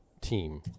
team